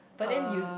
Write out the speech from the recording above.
but then you